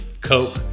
Coke